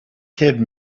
kid